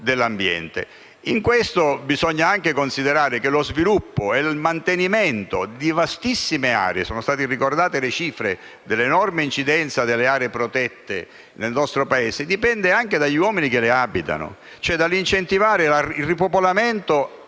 dell'ambiente. In questo bisogna anche considerare che lo sviluppo e il mantenimento di vastissime aree (sono state ricordate le cifre dell'enorme incidenza delle aree protette nel nostro Paese) dipende anche dagli uomini che le abitano, cioè dall'incentivazione del ripopolamento